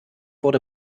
wurde